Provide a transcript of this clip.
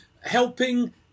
helping